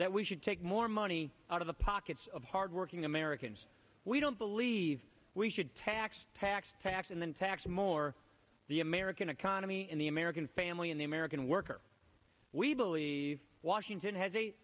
that we should take more money out of the pockets of hardworking americans we don't believe we should tax tax tax and then tax more the american economy and the american family and the american worker we believe washington has